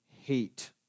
hate